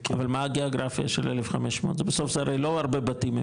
אבל מה הגאוגרפיה של 1,500 זה בסוף זה הרי לא הרבה בתים,